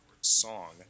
song